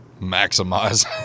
Maximize